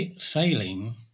failing